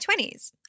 20s